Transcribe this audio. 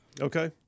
okay